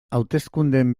hauteskundeen